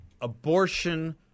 Abortion